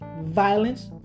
violence